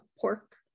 pork